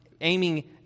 aiming